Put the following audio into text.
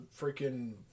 freaking